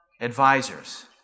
advisors